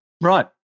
Right